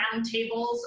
roundtables